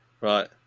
Right